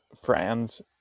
friends